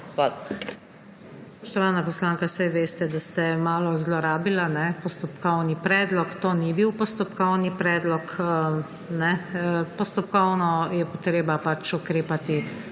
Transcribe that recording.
SUKIČ: Spoštovana poslanka, saj veste, da ste malo zlorabili postopkovni predlog. To ni bil postopkovni predlog. Postopkovno je treba ukrepati